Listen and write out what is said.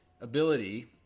ability